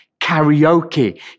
Karaoke